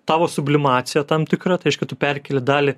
tavo sublimacija tam tikra tai reiškia tu perkėli dalį